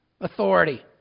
authority